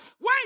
Wait